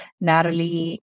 Natalie